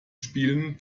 spielen